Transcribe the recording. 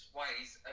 ways